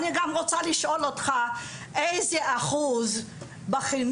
אני גם רוצה לשאול אותך איזה אחוז בחינוך